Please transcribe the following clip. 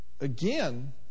again